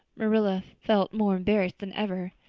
marilla felt more embarrassed than ever.